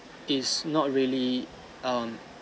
he's not really um